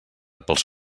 pels